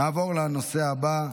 נעבור לנושא הבא: